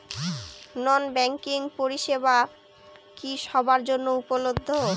নন banking পরিষেবা কি সবার জন্য উপলব্ধ?